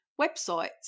websites